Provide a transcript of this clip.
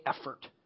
effort